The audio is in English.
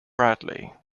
bradley